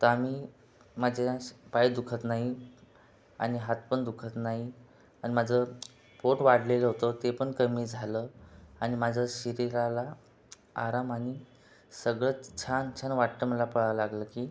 तर आम्ही माझे आज पाय दुखत नाही आणि हात पण दुखत नाही आणि माझं पोट वाढलेलं होतं ते पण कमी झालं आणि माझं शरीराला आराम आणि सगळंच छान छान वाटतं मला पळा लागलं की